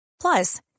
Plus